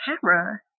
camera